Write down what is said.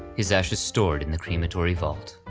his ashes stored in the crematory vault.